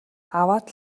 аваад